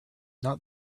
not